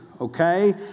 okay